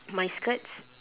my skirt's